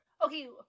Okay